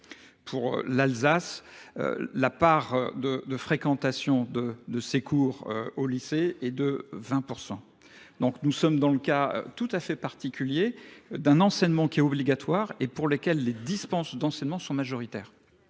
Pour l'Alsace, la part de fréquentation de ces cours au lycée est de 20%. Donc nous sommes dans le cas tout à fait particulier d'un enseignement qui est obligatoire et pour lequel les dispenses d'enseignement sont majoritaires.